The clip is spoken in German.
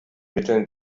mitteln